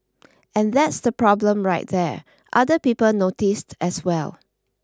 and that's the problem right there other people noticed as well